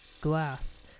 Glass